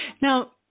Now